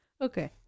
Okay